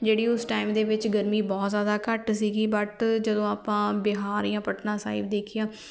ਜਿਹੜੀ ਉਸ ਟਾਈਮ ਦੇ ਵਿੱਚ ਗਰਮੀ ਬਹੁਤ ਜ਼ਿਆਦਾ ਘੱਟ ਸੀਗੀ ਬਟ ਜਦੋਂ ਆਪਾਂ ਬਿਹਾਰ ਜਾਂ ਪਟਨਾ ਸਾਹਿਬ ਦੇਖਿਆ